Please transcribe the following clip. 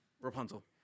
Rapunzel